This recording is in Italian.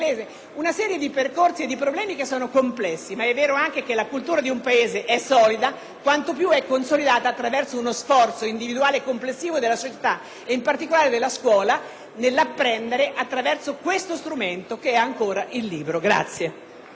una serie di percorsi e di problemi che sono complessi, ma è anche vero che la cultura di un Paese è tanto più solida quanto più è consolidata attraverso uno sforzo individuale e complessivo della società, ed in particolare della scuola, nell'apprendere attraverso questo strumento che è ancora il libro.